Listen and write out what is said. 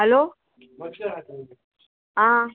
hello आं